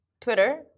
Twitter